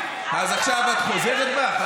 כן, אז עכשיו את חוזרת בך?